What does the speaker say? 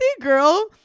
girl